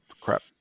crap